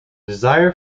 desire